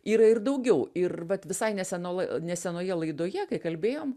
yra ir daugiau ir vat visai neseno nesenoje laidoje kai kalbėjom